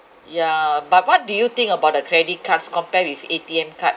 yeah but what do you think about the credit cards compared with A_T_M cards